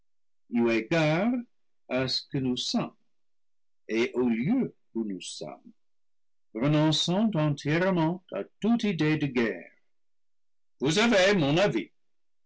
à ce que nous sommes et au lieu où nous sommes renonçant entièrement à toute idée de guerre vous avez mon avis